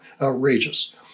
Outrageous